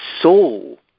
soul